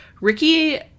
Ricky